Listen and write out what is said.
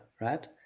right